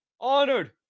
honored